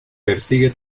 persigue